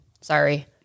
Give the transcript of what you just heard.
Sorry